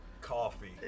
coffee